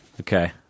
Okay